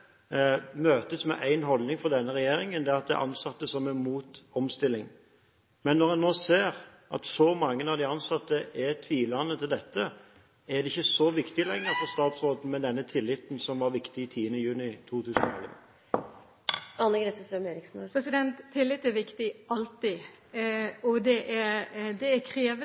møtes med én holdning fra denne regjeringen, og det er at det er de ansatte som er imot omstilling. Når en nå ser at så mange av de ansatte er tvilende til dette, er det ikke så viktig lenger for statsråden med den tilliten som var viktig 10. juni 2011? Tillit er viktig – alltid. Det er